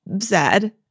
sad